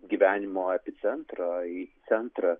gyvenimo epicentrą į centrą